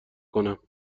کنم